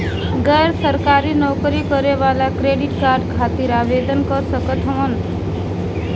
गैर सरकारी नौकरी करें वाला क्रेडिट कार्ड खातिर आवेदन कर सकत हवन?